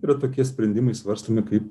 yra tokie sprendimai svarstomi kaip